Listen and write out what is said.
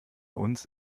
uns